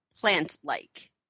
plant-like